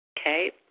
Okay